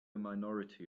minority